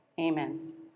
Amen